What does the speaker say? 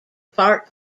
part